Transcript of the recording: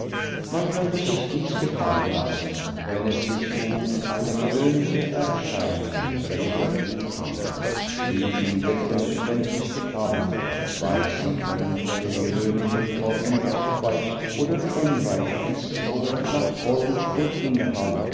man könnte sich dies gefallen lassen wenn es sich um eine gewöhnliche erscheinung der literatur handelte die in blättern öffentlich getadelt wird weil sie von den gewöhnlichen formen abweicht oder unreif ist oder nach form und